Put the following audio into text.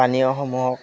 পানীয়সমূহক